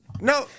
No